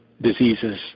diseases